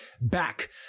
back